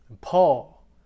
Paul